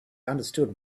understood